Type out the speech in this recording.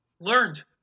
learned